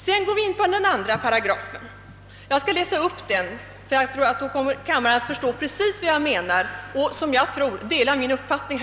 Sedan övergår vi till 2 § som jag skall läsa upp, därför att kammarens ledamöter troligen kommer att förstå vad jag menar och troligen också dela min uppfattning.